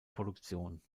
produktion